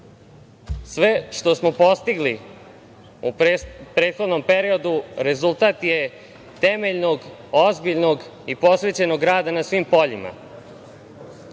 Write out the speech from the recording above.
Sve što smo postigli u prethodnom periodu rezultat je temeljnog, ozbiljnog i posvećenog rada na svim poljima,